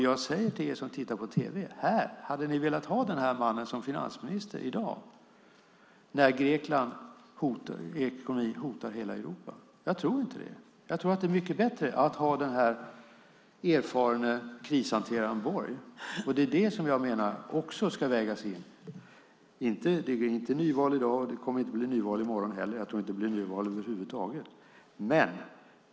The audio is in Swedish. Jag säger till dem som ser detta på tv: Hade ni velat ha den här mannen som finansminister i dag när Greklands ekonomi hotar hela Europa? Jag tror inte det. Jag tror att det är mycket bättre att ha den erfarne krishanteraren Borg. Det menar jag också ska vägas in. Det är inte nyval i dag. Det kommer inte heller att bli nyval i morgon. Jag tror inte att det över huvud taget blir nyval.